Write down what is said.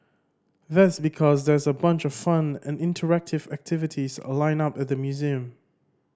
that's because there's a bunch of fun and interactive activities a lined up at the museum